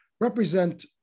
represent